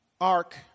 ark